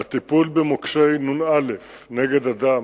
הטיפול במוקשי נ"א, נגד אדם,